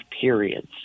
periods